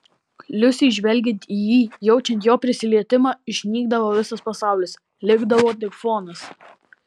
liusei žvelgiant į jį jaučiant jo prisilietimą išnykdavo visas pasaulis likdavo tik fonas